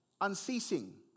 unceasing